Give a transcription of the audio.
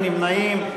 אין נמנעים.